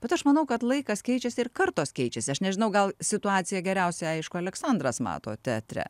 bet aš manau kad laikas keičiasi ir kartos keičiasi aš nežinau gal situaciją geriausiai aišku aleksandras mato teatre